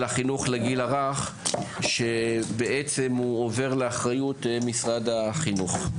החינוך לגיל הרך שבעצם עובר לאחריות משרד החינוך.